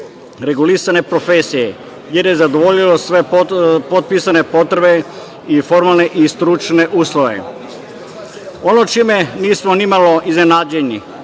regulisane profesije, jer je zadovoljilo sve popisane potrebe i formalne i stručne uslove. Ono čime nismo nimalo iznenađeni